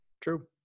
True